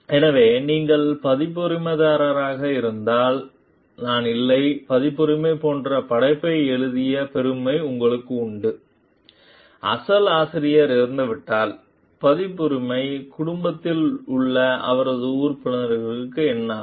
எனவே நீங்கள் பதிப்புரிமைதாரராக இருந்தால் நான் இல்லை பதிப்புரிமை போன்ற படைப்பை எழுதிய பெருமை உங்களுக்கும் உண்டு அசல் ஆசிரியர் இறந்துவிட்டால் பதிப்புரிமை குடும்பத்தில் உள்ள அவரது உறுப்பினர்களுக்கு என்ன ஆகும்